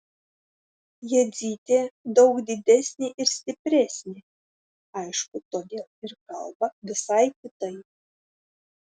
jadzytė daug didesnė ir stipresnė aišku todėl ir kalba visai kitaip